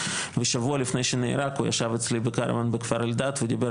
ושבוע לפני שנהרג הוא ישב אצלי בכפר אלדד ודיבר